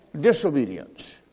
disobedience